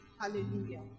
Hallelujah